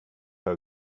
our